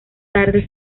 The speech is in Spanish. tarde